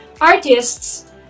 artists